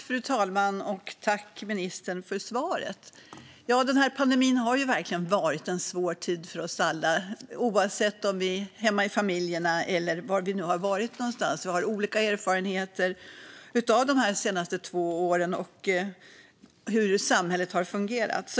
Fru talman! Tack, ministern, för svaret! Pandemin har verkligen varit en svår tid för oss alla, oavsett var vi har varit någonstans. Vi har olika erfarenheter av de här senaste två åren och av hur samhället har fungerat.